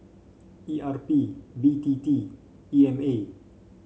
E R P B T T E M A